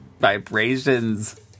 Vibrations